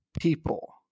people